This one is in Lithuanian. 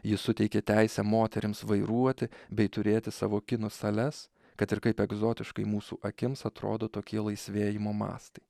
jis suteikė teisę moterims vairuoti bei turėti savo kino sales kad ir kaip egzotiškai mūsų akims atrodo tokie laisvėjimo mastai